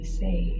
say